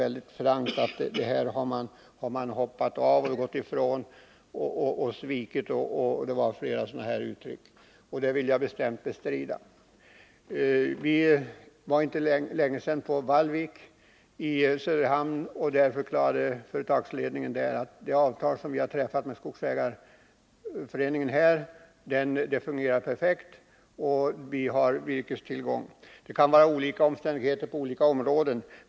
alltså skogsägarföreningarna, och staten om leveranser av virke. Det vill jag emellertid bestämt bestrida. För inte så länge sedan besökte vi från utskottet Vallvik i Söderhamn. Företagsledningen där förklarade att det avtal som träffats med skogs föreningen fungerar perfekt och vidare att man hade tillgång till virke. Omständigheterna kan väl variera för olika områden.